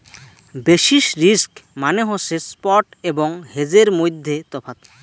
basis risk মানে হসে spot এবং হেজের মইধ্যে তফাৎ